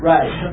Right